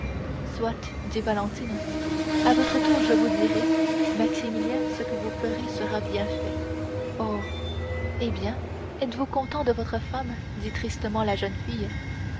soit dit valentine à votre tour je vous dirai maximilien ce que vous ferez sera bien fait oh eh bien êtes-vous content de votre femme dit tristement la jeune fille